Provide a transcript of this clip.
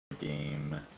Game